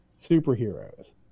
superheroes